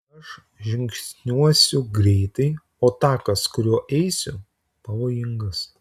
aš žingsniuosiu greitai o takas kuriuo eisiu pavojingas